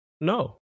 No